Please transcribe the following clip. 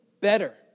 better